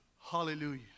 Hallelujah